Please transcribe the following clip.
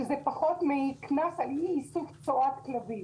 שזה פחות מקנס על אי איסוף צואת כלבים.